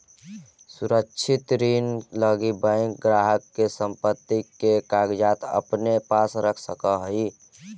सुरक्षित ऋण लगी बैंक ग्राहक के संपत्ति के कागजात अपने पास रख सकऽ हइ